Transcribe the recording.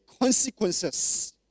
consequences